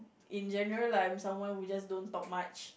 in general I'm someone who just don't talk much